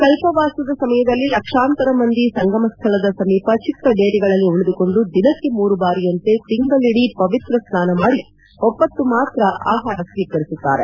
ಕಲ್ಪವಾಸದ ಸಮಯದಲ್ಲಿ ಲಕ್ಷಾಂತರ ಮಂದಿ ಸಂಗಮ ಸ್ಥಳದ ಸಮೀಪ ಚಿಕ್ಕ ಡೇರೆಗಳಲ್ಲಿ ಉಳಿದುಕೊಂಡು ದಿನಕ್ಕೆ ಮೂರು ಬಾರಿಯಂತೆ ತಿಂಗಳಡೀ ಪವಿತ್ರ ಸ್ನಾನ ಮಾಡಿ ಒಪ್ಪತ್ತು ಮಾತ್ರ ಆಪಾರ ಸ್ವೀಕರಿಸುತ್ತಾರೆ